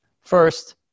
First